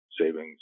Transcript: savings